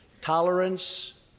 Tolerance